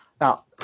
Now